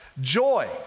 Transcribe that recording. joy